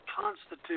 constitute